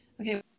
okay